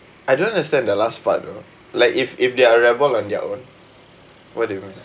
I don't understand the last part though like if if they're rebel on their own what do you mean